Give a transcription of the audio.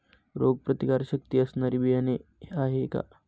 रोगप्रतिकारशक्ती असणारी बियाणे आहे का?